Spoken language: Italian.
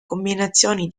combinazioni